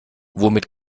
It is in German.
womit